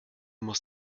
muss